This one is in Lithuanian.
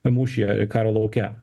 mušyje karo lauke